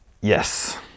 Yes